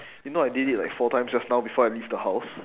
you know I did it like four times just now before I leave the house